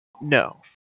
No